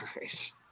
guys